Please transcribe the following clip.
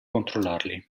controllarli